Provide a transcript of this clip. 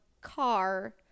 car